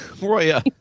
Roya